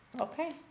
okay